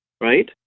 right